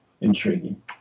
intriguing